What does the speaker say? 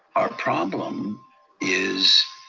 our problem is